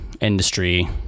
industry